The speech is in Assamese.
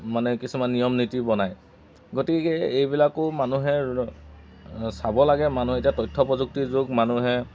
মানে কিছুমান নিয়ম নীতি বনায় গতিকে এইবিলাকো মানুহে চাব লাগে মানুহ এতিয়া তথ্য প্ৰযুক্তিৰ যুগ মানুহে